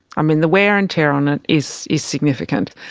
i mean, the wear and tear on it is is significant.